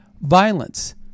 violence